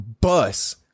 bus